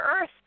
earth